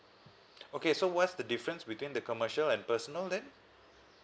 okay so what's the difference between the commercial and personal then